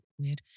weird